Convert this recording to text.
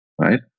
right